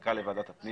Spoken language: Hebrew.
מחכה לוועדת הפנים